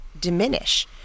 diminish